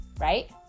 right